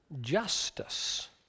justice